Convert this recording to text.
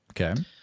Okay